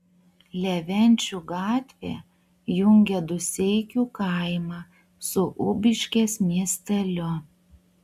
levenčių gatvė jungia dūseikių kaimą su ubiškės miesteliu